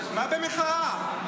מה במחאה?